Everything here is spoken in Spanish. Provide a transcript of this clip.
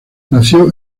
nació